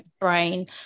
brain